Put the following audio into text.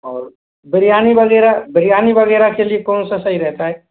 और बिरयानी वग़ैरह बिरयानी वग़ैरह के लिए कौन सा सही रहता है